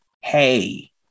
Hey